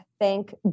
thank